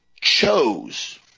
chose